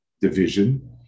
division